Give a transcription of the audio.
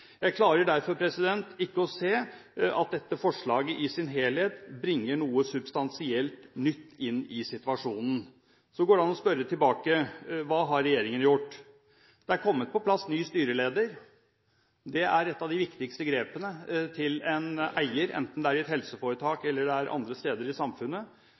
Jeg klarer derfor ikke å se at dette forslaget i sin helhet bringer noe substansielt nytt inn i situasjonen. Så går det an å spørre: Hva har regjeringen gjort? Det er kommet på plass ny styreleder – det er et av de viktigste grepene for en eier, enten det gjelder et helseforetak eller andre steder i samfunnet